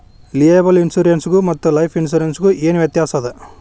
Liable insurance ಗು ಮತ್ತ life insurance ಗು ಏನ್ ವ್ಯಾತ್ಯಾಸದ?